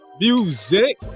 music